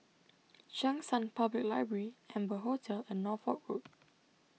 Cheng San Public Library Amber Hotel and Norfolk Road